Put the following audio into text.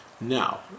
Now